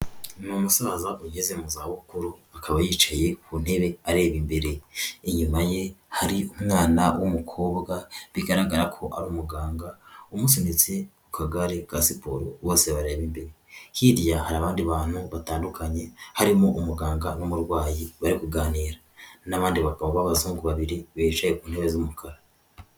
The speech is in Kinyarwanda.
Ni umusaza ugeze mu za bukuru akaba yicaye ku ntebe areba imbere, inyuma ye hari umwana w'umukobwa bigaragara ko ari umuganga umusunitse ku kagare ka siporo bose bareba imbere. Hirya hari abandi bantu batandukanye harimo umuganga n'umurwayi bari kuganira n'abandi bagabo b'abazungu babiri bicaye ku ntebe z'umukara.